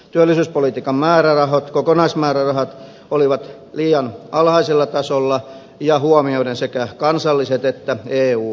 työllisyyspolitiikan kokonaismäärärahat olivat liian alhaisella tasolla huomioiden sekä kansalliset että eu määrärahat